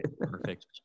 Perfect